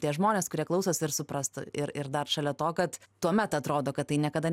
tie žmonės kurie klausosi ir suprastų ir ir dar šalia to kad tuomet atrodo kad tai niekada